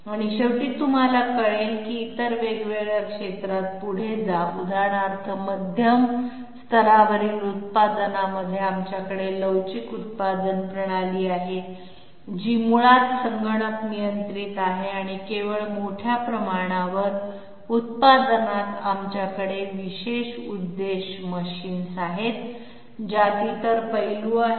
आणि शेवटी तुम्हाला कळेल की इतर वेगवेगळ्या क्षेत्रात पुढे जा उदाहरणार्थ मध्यम स्तरावरील उत्पादनामध्ये आमच्याकडे लवचिक उत्पादन प्रणाली आहेत जी मुळात संगणक नियंत्रित आहे आणि केवळ मोठ्या प्रमाणावर उत्पादनात आमच्याकडे विशेष उद्देश मशीन्स आहेत ज्यात इतर पैलू आहेत